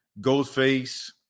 Ghostface